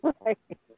Right